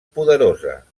poderosa